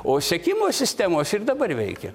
o sekimo sistemos ir dabar veikia